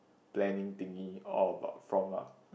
planning thingy all about form ah